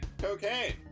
Cocaine